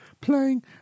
playing